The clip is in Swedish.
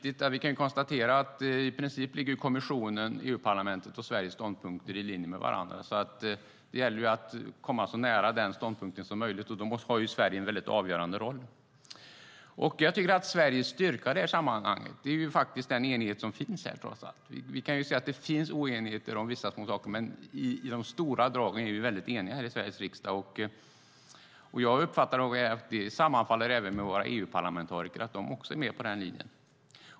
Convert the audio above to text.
I princip ligger kommissionens, EU-parlamentets och Sveriges ståndpunkter i linje med varandra. Det gäller att komma så nära den ståndpunkten som möjligt, och där har Sverige en avgörande roll. Sveriges styrka i det här sammanhanget är den enighet som trots allt finns här. Vi kan se att det finns oenigheter om vissa små saker, men i de stora dragen är vi eniga här i Sveriges riksdag. Jag uppfattar att det sammanfaller med vad våra EU-parlamentsledamöter tycker; de är med på den linjen.